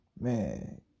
Man